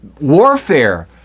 warfare